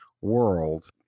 world